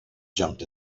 jumped